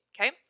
Okay